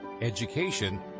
education